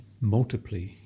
multiply